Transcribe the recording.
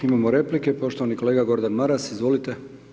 Imamo replike, poštovani kolega Gordan Maras, izvolite.